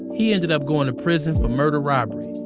he ended up going to prison for murder-robbery.